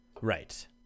right